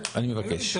אני מבקש,